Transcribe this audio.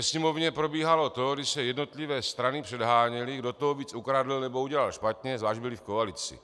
Sněmovně probíhalo to, když se jednotlivé strany předháněly, kdo toho víc ukradl nebo udělal špatně, zvlášť byly v koalici.